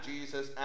Jesus